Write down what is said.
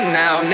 now